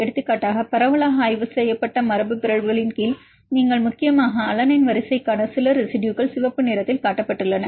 எடுத்துக்காட்டாக பரவலாக ஆய்வு செய்யப்பட்ட மரபுபிறழ்வுகளின் கீழ் நீங்கள் முக்கியமாக அலனைன் வரிசைக்கான சில ரெசிடுயுகள் சிவப்பு நிறத்தில் காட்டப்பட்டுள்ளன